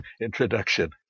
introduction